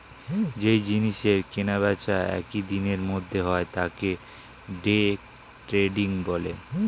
যেই জিনিসের কেনা বেচা একই দিনের মধ্যে হয় তাকে ডে ট্রেডিং বলে